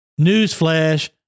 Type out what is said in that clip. newsflash